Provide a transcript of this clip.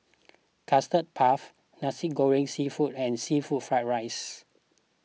Custard Puff Nasi Goreng Seafood and Seafood Fried Rice